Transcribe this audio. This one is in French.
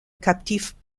captifs